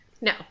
No